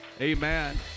Amen